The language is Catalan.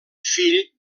fill